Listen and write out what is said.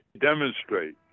demonstrate